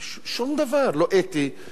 שום דבר, לא אתי.